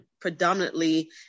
predominantly